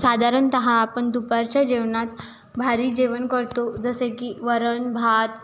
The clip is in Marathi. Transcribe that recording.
साधारणतः आपण दुपारच्या जेवणात भारी जेवण करतो जसे की वरण भात